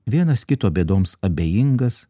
vienas kito bėdoms abejingas